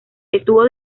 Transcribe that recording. estuvo